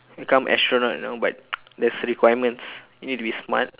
become astronaut but there's requirements you need to be smart